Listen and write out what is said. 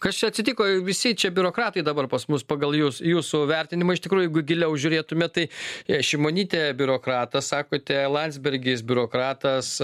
kas čia atsitiko visi čia biurokratai dabar pas mus pagal jus jūsų vertinimu iš tikrųjų jeigu giliau žiūrėtume tai jei šimonytė biurokratas sakote landsbergis biurokratas